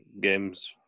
Games